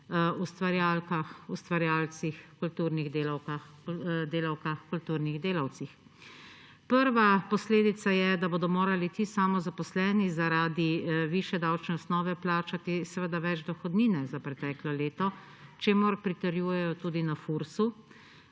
ustvarjalkah, ustvarjalcih, kulturnih delavkah, kulturnih delavcih. Prva posledica je, da bodo morali ti samozaposleni zaradi višje davčne osnove plačati seveda več dohodnine za preteklo leto, čemur pritrjujejo tudi na Furs.